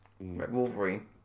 Wolverine